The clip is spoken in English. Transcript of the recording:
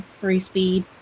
three-speed